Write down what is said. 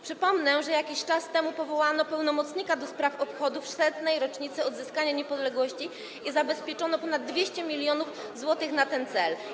Przypomnę, że jakiś czas temu powołano pełnomocnika do spraw obchodów setnej rocznicy odzyskania niepodległości i zabezpieczono ponad 200 mln zł na ten cel.